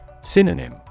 Synonym